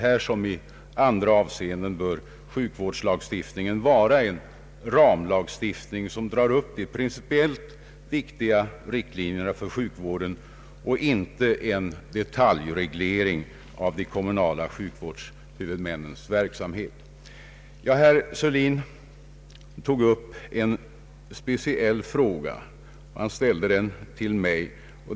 Här som i andra avseenden bör sjukvårdslagstiftningen vara en ramlagstiftning som drar upp de principiellt viktiga riktlinjerna för sjukvården och inte innebära en detaljreglering av de kommunala sjukvårdshuvudmännens verksamhet. Herr Sörlin tog upp ett speciellt ärende och ställde en fråga till mig.